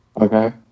Okay